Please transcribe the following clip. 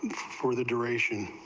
for the duration,